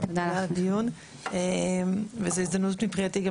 תודה לדיון וזו הזדמנות מבחינתי גם